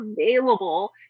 available